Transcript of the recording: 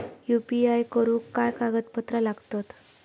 UPI करुक काय कागदपत्रा लागतत?